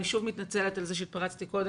אני שוב מתנצלת על זה שהתפרצתי קודם.